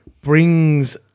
brings